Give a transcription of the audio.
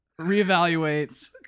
Reevaluate